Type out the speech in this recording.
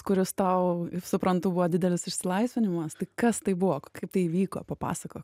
kuris tau suprantu buvo didelis išsilaisvinimas tai kas tai buvo kaip tai įvyko papasakok